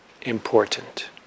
important